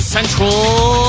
Central